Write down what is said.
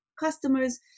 customers